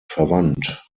verwandt